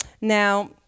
now